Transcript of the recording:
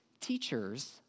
teachers